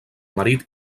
marit